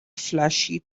flashy